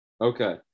okay